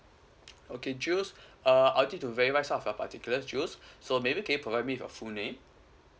okay juls uh allow me to verify some of your particular juls so maybe can you provide me your full name